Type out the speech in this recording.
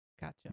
Gotcha